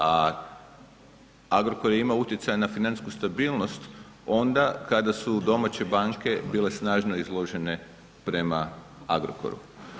A Agrokor je imao utjecaj na financijsku stabilnost onda kada su domaće banke bile snažno izložene prema Agrokoru.